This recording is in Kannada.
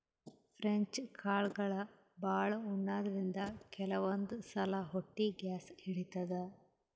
ಫ್ರೆಂಚ್ ಕಾಳ್ಗಳ್ ಭಾಳ್ ಉಣಾದ್ರಿನ್ದ ಕೆಲವಂದ್ ಸಲಾ ಹೊಟ್ಟಿ ಗ್ಯಾಸ್ ಹಿಡಿತದ್